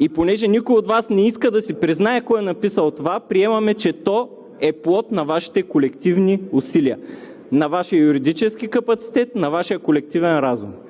И понеже никой от Вас не иска да си признае кой е написал това, приемаме, че то е плод на Вашите колективни усилия, на Вашия юридически капацитет, на Вашия колективен разум.